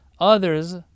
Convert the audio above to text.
others